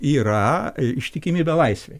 yra ištikimybė laisvei